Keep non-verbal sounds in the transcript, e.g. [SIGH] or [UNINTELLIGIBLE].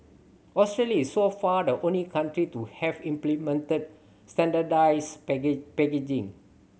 Australia is so far the only country to have implemented standardised [UNINTELLIGIBLE] packaging